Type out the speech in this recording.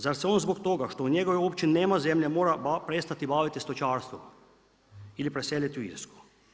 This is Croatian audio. Zar se on zbog toga što u njegovoj općini nema zemlja mora prestati baviti stočarstvom ili preseliti u Irsku?